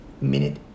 minute